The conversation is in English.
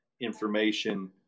information